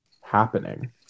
happening